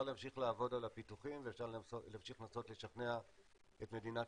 להמשיך לעבוד על הפיתוחים ואפשר להמשיך לנסות לשכנע את מדינת